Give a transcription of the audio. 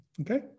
okay